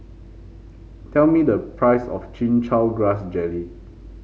tell me the price of Chin Chow Grass Jelly